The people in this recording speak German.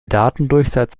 datendurchsatz